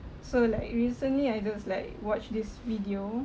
so like recently I just like watched this video